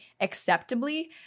acceptably